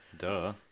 Duh